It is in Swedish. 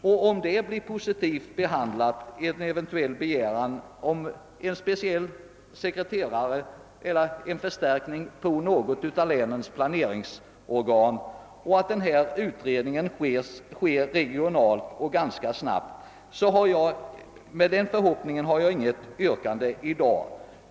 Och om denna eventuella begäran om en speciell sekreterare eller annan förstärkning av personalen i något planeringsorgan i länet blir bifallen och utredningen sålunda kommer till stånd regionalt och ganska snabbt, så har jag inte något yrkande.